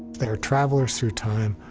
they're travelers through time.